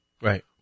Right